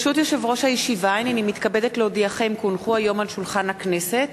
תוכן העניינים מסמכים שהונחו על שולחן הכנסת